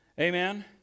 Amen